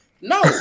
no